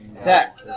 attack